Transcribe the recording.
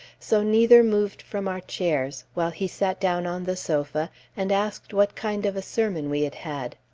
so neither moved from our chairs, while he sat down on the sofa and asked what kind of a sermon we had had.